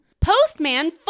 Postman